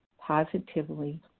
positively